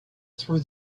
through